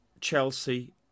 Chelsea